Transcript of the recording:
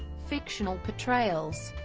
fictional portrayals